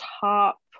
top